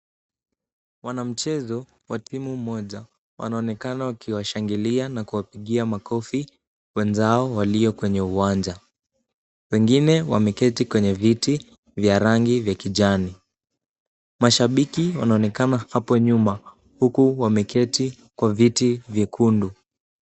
Wanamchezo wa timu moja, wanaonekana wakiwashangilia na kuwapigia makofi wenzao walio kwenye uwanja. Wengine wameketi kwenye viti vya rangi ya kijani. Mashabiki wanaonekana hapo nyuma huku wameketi kwa viti vyekundu.